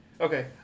Okay